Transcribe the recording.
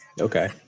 Okay